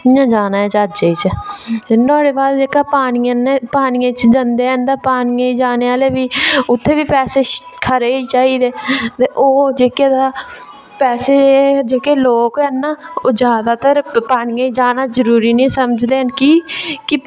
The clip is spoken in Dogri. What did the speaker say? कि'यां जाना ऐ ज्हाजै च ते नुहाड़े बाद जेह्का पानियै च जंदे न ते पानियै च जाने आह्ले बी उत्थें बी पैसे खरे ई चाहिदे ते ओह् जेह्के तां पैसे जेह्के लोग न ओह् जादातर पानियै ई जाना जरूरी निं समझदे न कि